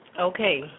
Okay